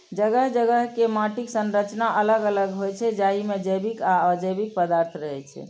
जगह जगह के माटिक संरचना अलग अलग होइ छै, जाहि मे जैविक आ अजैविक पदार्थ रहै छै